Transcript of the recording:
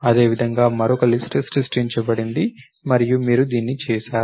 అదేవిధంగా మరొక లిస్ట్ సృష్టించబడింది మరియు మీరు దీన్ని చేసారు